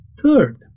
Third